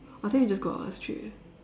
I think we just go out ah it's three already